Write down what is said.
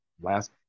last